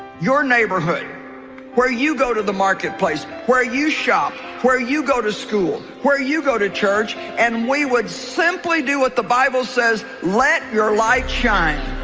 your neighborhood where you go to the marketplace where you shop where you go to school where you go to church and we would simply do what the bible says let your light shine